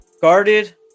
guarded